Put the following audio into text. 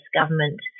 government